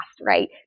right